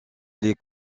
les